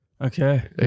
Okay